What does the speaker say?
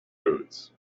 boots